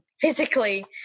physically